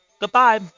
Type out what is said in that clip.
Goodbye